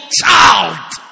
child